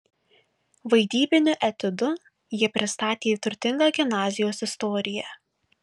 vaidybiniu etiudu jie pristatė turtingą gimnazijos istoriją